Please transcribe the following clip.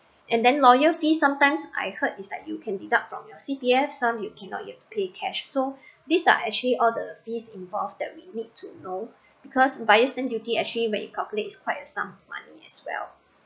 and then lawyer fees sometimes I heard is like you can deduct from your C_P_F some you cannot you have to pay cash so these are actually all the fees involved that we need to know because buyer's stamp duty actually when you calculates quite a sum of money as well